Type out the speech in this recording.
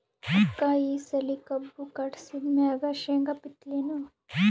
ಅಕ್ಕ ಈ ಸಲಿ ಕಬ್ಬು ಕಟಾಸಿದ್ ಮ್ಯಾಗ, ಶೇಂಗಾ ಬಿತ್ತಲೇನು?